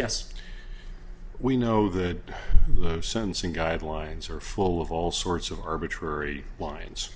yes we know the sentencing guidelines are full of all sorts of arbitrary lines